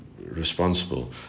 responsible